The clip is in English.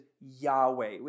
Yahweh